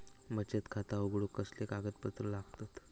बचत खाता उघडूक कसले कागदपत्र लागतत?